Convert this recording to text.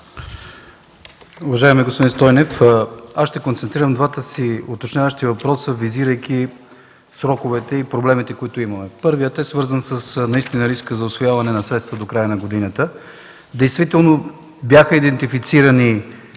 Уважаеми господин Стойнев, аз ще концентрирам двата си уточняващи въпроса, визирайки сроковете и проблемите, които имаме. Първият е свързан наистина с риска за усвояване на средствата до края на годината. Бяха идентифицирани